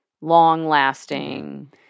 long-lasting